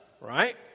Right